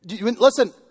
listen